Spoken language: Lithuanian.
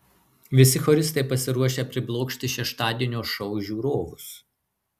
visi choristai pasiruošę priblokšti šeštadienio šou žiūrovus